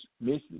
miss